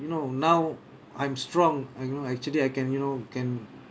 you know now I'm strong like you know actually I can you know can